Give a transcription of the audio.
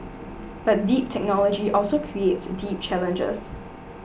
but deep technology also creates deep challenges